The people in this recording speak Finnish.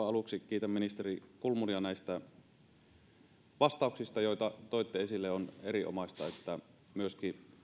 aluksi kiitän ministeri kulmunia näistä vastauksista joita toitte esille on erinomaista että myöskin